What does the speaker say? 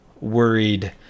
worried